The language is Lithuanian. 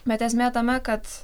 bet esmė tame kad